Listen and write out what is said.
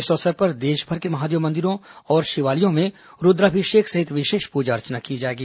इस अवसर पर देशभर के महादेव मंदिरों और शिवालयों में रूद्राभिषेक सहित विशेष पूजा अर्चना की जाएगी